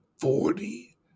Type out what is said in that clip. Forty